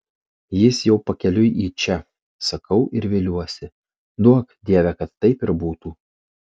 jis jau pakeliui į čia sakau ir viliuosi duok dieve kad taip ir būtų